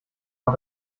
mal